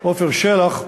עפר שלח,